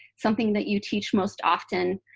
something that you teach most often,